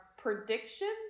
prediction